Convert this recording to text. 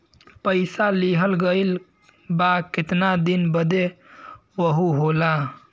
पइसा लिहल गइल बा केतना दिन बदे वहू होला